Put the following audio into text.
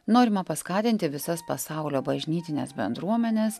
norima paskatinti visas pasaulio bažnytines bendruomenes